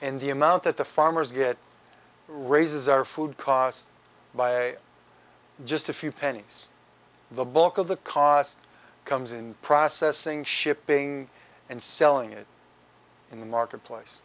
and the amount that the farmers get raises our food costs by just a few pennies the bulk of the cost comes in processing shipping and selling it in the marketplace